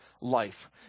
life